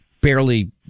barely